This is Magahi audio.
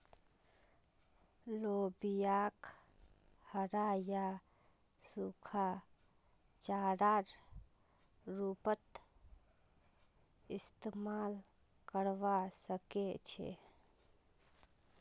लोबियाक हरा या सूखा चारार रूपत इस्तमाल करवा सके छे